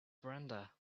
brenda